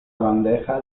bandeja